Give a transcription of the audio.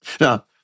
Now